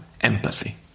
empathy